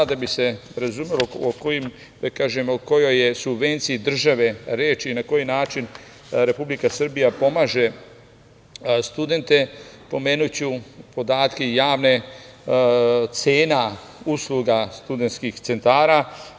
Da bi se razumelo o kojoj je subvenciji države reč i na koji način Republika Srbija pomaže studente, pomenuću javne podatke cena usluga studentskih centara.